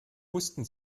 wussten